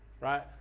right